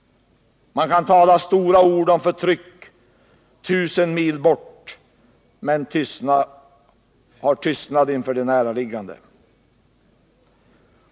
Man kan tala stora ord om förtryck tusen mil bort, men ha tystnad inför det näraliggande.